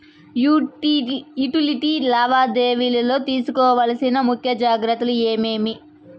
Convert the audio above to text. Utility లావాదేవీల లో తీసుకోవాల్సిన ముఖ్య జాగ్రత్తలు ఏమేమి?